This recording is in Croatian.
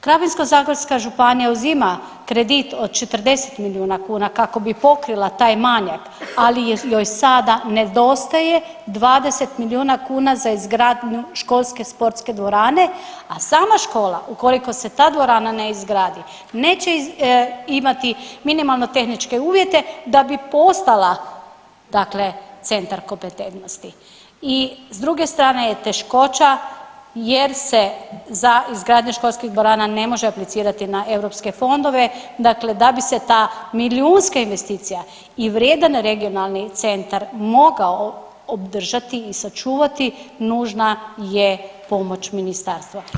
Krapinsko-zagorska županija uzima kredit od 40 milijuna kuna kako bi pokrila taj manjak, ali joj sada nedostaje 20 milijuna kuna za izgradnju školske sportske dvorane, a sama škola ukoliko se ta dvorana ne izgradi neće imati minimalno tehničke uvjete da bi postala dakle centar kompetentnosti i s druge strane je teškoća jer se za izgradnju školskih dvorana ne može aplicirati na europske fondove, dakle da bi se ta milijunska investicija i vrijedan regionalni centar mogao obdržati i sačuvati nužna je pomoć ministarstva.